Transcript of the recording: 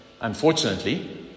Unfortunately